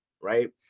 right